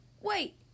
Wait